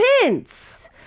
hints